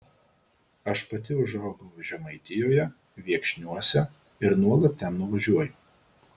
aš pati užaugau žemaitijoje viekšniuose ir nuolat ten nuvažiuoju